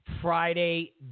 Friday